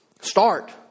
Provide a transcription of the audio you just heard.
Start